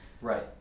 Right